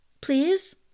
please